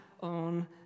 On